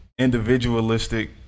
individualistic